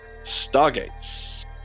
Stargates